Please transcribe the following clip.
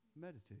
meditate